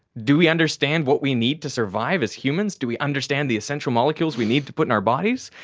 do we understand what we need to survive as humans, do we understand the essential molecules we need to put in our bodies?